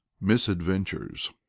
MISADVENTURES